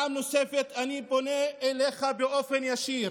אני פונה אליך פעם נוספת באופן ישיר